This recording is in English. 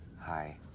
Hi